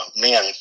men